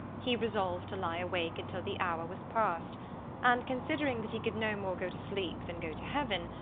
he resolved to lie awake until the hour was passed and, considering that he could no more go to sleep than go to heaven,